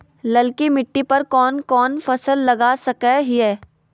ललकी मिट्टी पर कोन कोन फसल लगा सकय हियय?